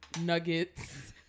Nuggets